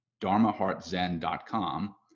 dharmaheartzen.com